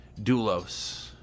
Dulos